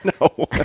no